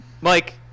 Mike